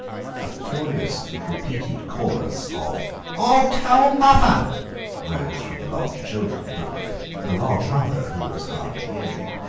a furious and repeated chorus of i'll tell muvver rose from the lodge-children, but the lodge-mother, who was hard of hearing,